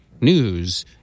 news